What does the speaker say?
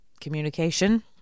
communication